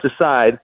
aside